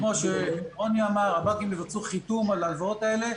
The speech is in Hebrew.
כמו שנאמר, הבנקים יבצעו חיתום על ההלוואות האלה.